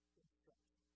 instruction